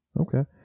Okay